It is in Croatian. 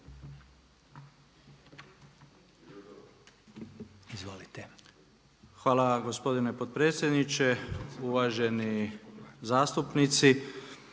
Ivo (HDZ)** Hvala gospodine potpredsjedniče, uvaženi zastupnici.